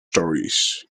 stories